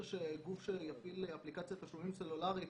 שגוף שיפעיל אפליקציית תשלומים סלולרית